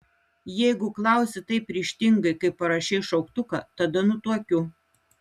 jeigu klausi taip ryžtingai kaip parašei šauktuką tada nutuokiu